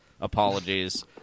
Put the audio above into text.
Apologies